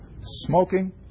smoking